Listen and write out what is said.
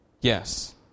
Yes